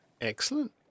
Excellent